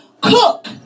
cook